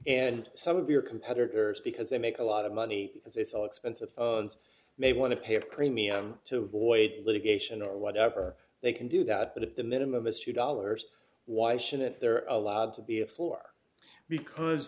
and some of your competitors because they make a lot of money because it's all expensive you may want to pay a premium to avoid litigation or whatever they can do that but the minimum is two dollars why shouldn't there are allowed to be a floor because